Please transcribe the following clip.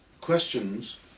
questions